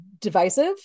divisive